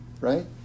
right